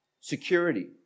security